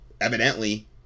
evidently